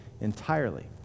entirely